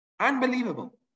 Unbelievable